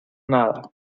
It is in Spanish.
nada